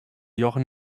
jochen